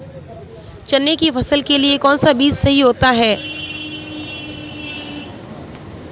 चने की फसल के लिए कौनसा बीज सही होता है?